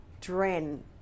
dren